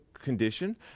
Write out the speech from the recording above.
Condition